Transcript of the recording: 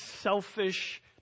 selfish